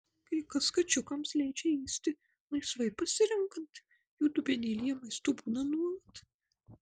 kai kas kačiukams leidžia ėsti laisvai pasirenkant jų dubenėlyje maisto būna nuolat